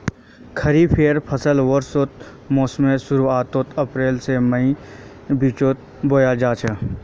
खरिफेर फसल वर्षा मोसमेर शुरुआत अप्रैल से मईर बिचोत बोया जाछे